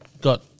got